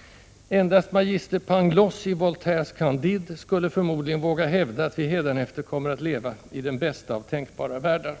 — Endast magister Pangloss i Voltaires Candide skulle förmodligen våga hävda att vi hädanefter kommer att leva i den bästa av tänkbara världar.